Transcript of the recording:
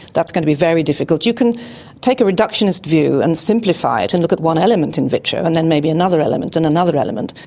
that's going to be very difficult. you can take a reductionist view and simplify it and look at one element in vitro and then maybe another element and another element,